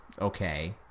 okay